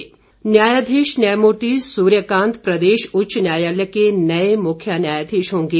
मुख्य न्यायाधीश न्यायाधीश न्यायमूर्ति सूर्यकांत प्रदेश उच्च न्यायालय के नए मुख्य न्यायाधीश होंगे